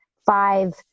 five